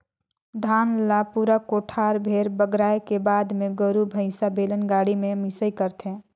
धान ल पूरा कोठार भेर बगराए के बाद मे गोरु भईसा, बेलन गाड़ी में मिंसई करथे